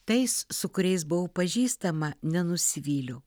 tais su kuriais buvau pažįstama nenusivyliau